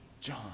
John